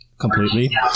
completely